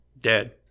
dead